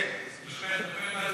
כן, בבקשה, טפל בנו.